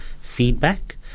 feedback